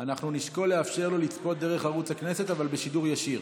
אנחנו נשקול לאפשר לו לצפות דרך ערוץ הכנסת אבל בשידור ישיר.